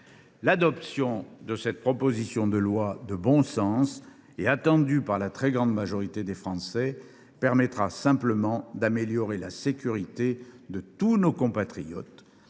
L’adoption de cette proposition de loi de bon sens et attendue par la grande majorité des Français permettra simplement d’améliorer la sécurité de tous nos compatriotes